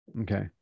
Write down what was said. Okay